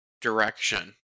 direction